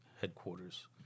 headquarters